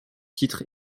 titres